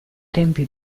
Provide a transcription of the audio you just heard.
tempi